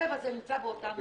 הכלב הזה נמצא באותה מכלאה.